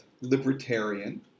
libertarian